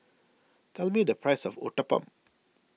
tell me the price of Uthapam